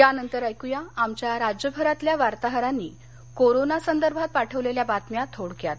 यानंतर ऐकया आमच्या राज्यभरातल्या वार्ताहरांनी कोरोना संदर्भात पाठवलेल्या बातम्या थोडक्यात